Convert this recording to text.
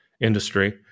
industry